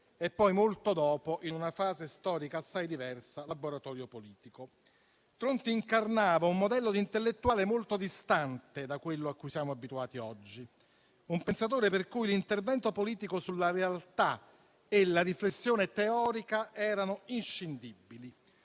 e poi, molto dopo, in una fase storica assai diversa, «Laboratorio politico». Tronti incarnava un modello di intellettuale molto distante da quello a cui siamo abituati oggi; un pensatore per cui l'intervento politico sulla realtà e la riflessione teorica erano inscindibili,